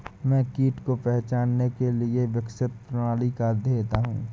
मैं कीट को पहचानने के लिए विकसित प्रणाली का अध्येता हूँ